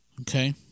Okay